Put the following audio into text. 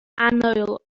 annwyl